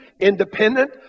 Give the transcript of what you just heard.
independent